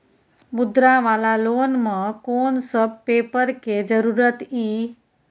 मुद्रा वाला लोन म कोन सब पेपर के जरूरत इ?